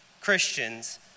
Christians